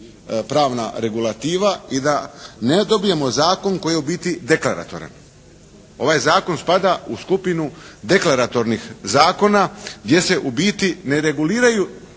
pravna regulativa i da ne dobijemo zakon koji je u biti deklaratoran. Ovaj zakon spada u skupinu deklaratornih zakona gdje se u biti ne reguliraju